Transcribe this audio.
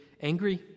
angry